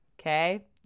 okay